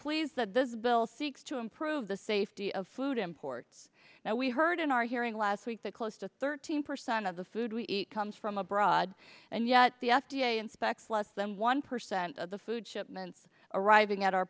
pleased that this bill seeks to improve the safety of food imports now we heard in our hearing last week that close to thirteen percent of the food we eat comes from abroad and yet the f d a inspects less than one percent of the food shipments arriving at our